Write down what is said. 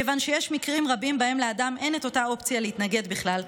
מכיוון שישנם מקרים רבים שבהם לאדם אין את האופציה להתנגד בכלל,